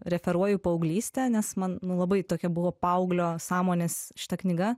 referuoju į paauglystę nes man nu labai tokia buvo paauglio sąmonės šita knyga